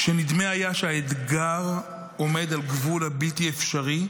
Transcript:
כשנדמה היה שהאתגר עומד על גבול הבלתי-אפשרי,